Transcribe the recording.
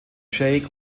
scheich